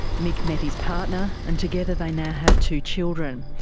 mick met his partner, and together they now have two children.